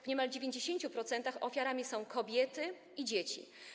W niemal 90% ofiarami są kobiety i dzieci.